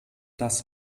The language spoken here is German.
das